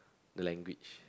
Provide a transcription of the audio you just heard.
the language